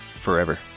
Forever